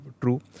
true